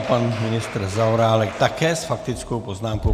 Pan ministr Zaorálek také s faktickou poznámkou.